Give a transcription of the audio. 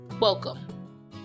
Welcome